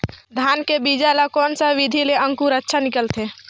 धान के बीजा ला कोन सा विधि ले अंकुर अच्छा निकलथे?